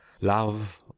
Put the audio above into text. love